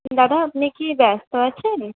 দাদা আপনি কি ব্যস্ত আছেন